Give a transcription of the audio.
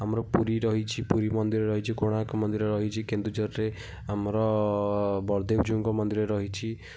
ଆମର ପୁରୀ ରହିଛି ପୁରୀ ମନ୍ଦିର ରହିଛି କୋଣାର୍କ ମନ୍ଦିର ରହିଛି କେନ୍ଦୁଝରରେ ଆମର ବଳଦେବଜୀଉଙ୍କ ମନ୍ଦିର ରହିଛି